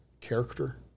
character